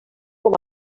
com